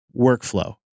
workflow